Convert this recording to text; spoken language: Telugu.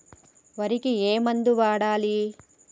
వరికి ఏ మందు వాడాలి?